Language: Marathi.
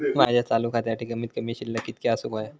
माझ्या चालू खात्यासाठी कमित कमी शिल्लक कितक्या असूक होया?